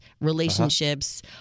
relationships